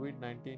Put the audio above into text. COVID-19